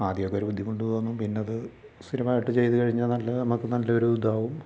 ആദ്യമൊക്കെ ഒരു ബുദ്ധിമുട്ടു തോന്നും പിന്നത് സ്ഥിരമായിട്ട് ചെയ്തു കഴിഞ്ഞാൽ നല്ല നമുക്ക് നല്ലൊരു ഇതാകും